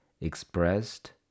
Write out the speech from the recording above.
expressed